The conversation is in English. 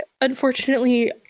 unfortunately